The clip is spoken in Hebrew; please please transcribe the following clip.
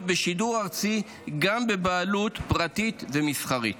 בשידור ארצי גם בבעלות פרטית ומסחרית.